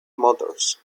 motors